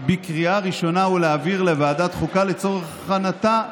בקריאה ראשונה ולהעבירה לוועדת חוקה לצורך הכנתה,